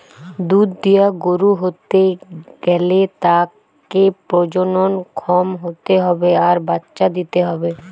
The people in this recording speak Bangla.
দুধ দিয়া গরু হতে গ্যালে তাকে প্রজনন ক্ষম হতে হবে আর বাচ্চা দিতে হবে